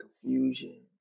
confusion